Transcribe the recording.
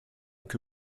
que